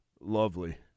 lovely